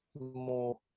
more